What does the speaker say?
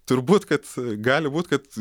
turbūt kad gali būt kad